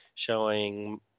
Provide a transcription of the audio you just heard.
Showing